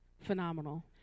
phenomenal